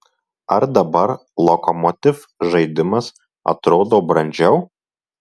ar dabar lokomotiv žaidimas atrodo brandžiau